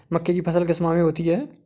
मक्के की फसल किस माह में होती है?